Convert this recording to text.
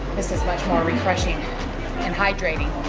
this is much more refreshing and hydrating